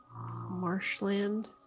marshland